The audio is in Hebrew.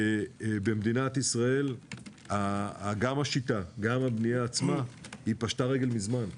במדינת ישראל גם השיטה וגם הבנייה עצמה פשטה רגל מזמן.